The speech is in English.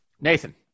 Nathan